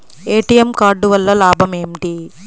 ATM card వల్ల లాభం ఏమిటి?